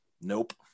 Nope